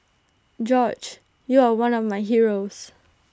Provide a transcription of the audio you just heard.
George you are one of my heroes